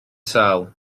sâl